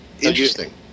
Interesting